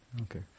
Okay